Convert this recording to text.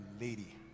lady